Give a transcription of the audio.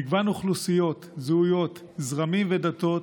מגוון אוכלוסיות, זהויות, זרמים ודתות,